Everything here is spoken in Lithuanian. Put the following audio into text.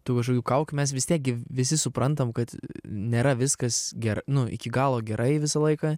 tų kažkokių kaukių mes vis tiek gi visi suprantam kad nėra viskas ger nu iki galo gerai visą laiką